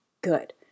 good